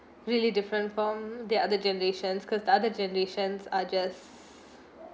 really different from the other generations cause the other generations are just